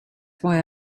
why